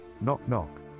knock-knock